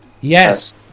Yes